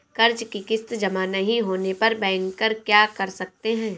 कर्ज कि किश्त जमा नहीं होने पर बैंकर क्या कर सकते हैं?